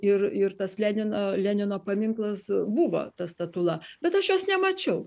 ir ir tas lenino lenino paminklas buvo ta statula bet aš jos nemačiau